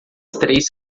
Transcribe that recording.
três